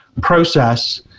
process